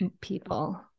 people